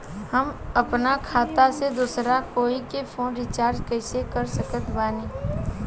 हम अपना खाता से दोसरा कोई के फोन रीचार्ज कइसे कर सकत बानी?